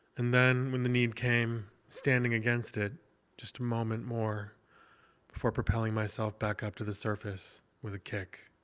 and then when the need came, standing against it just a moment more before propelling myself back up to the surface with a kick.